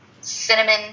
cinnamon